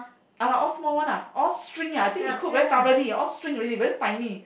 !han nah! all small one lah all shrink lah I think he cook very thoroughly all shrink already very tiny